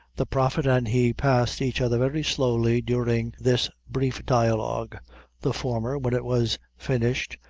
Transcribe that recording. the prophet and he passed each other very slowly during this brief dialogue the former, when it was finished,